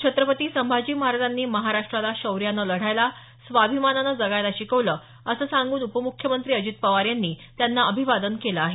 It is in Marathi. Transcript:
छत्रपती संभाजी महाराजांनी महाराष्ट्राला शौर्यानं लढायला स्वाभिमानानं जगायला शिकवलं असं सांगून उपमुख्यमंत्री अजित पवार यांनी त्यांना अभिवादन केल आहे